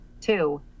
Two